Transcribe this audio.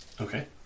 Okay